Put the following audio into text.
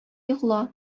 йокла